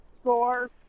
score